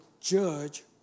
judge